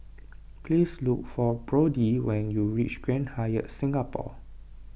please look for Brodie when you reach Grand Hyatt Singapore